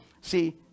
see